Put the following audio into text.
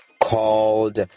called